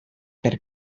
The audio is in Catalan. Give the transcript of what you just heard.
per